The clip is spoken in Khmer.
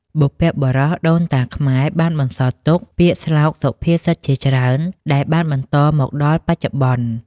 បុព្វបុរសដូនតាខ្មែរបានបន្សល់ទុក ពាក្យស្លោក សុភាសិតជាច្រើន ដែលបានបន្តមកដល់បច្ចុប្បន្ន។